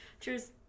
Cheers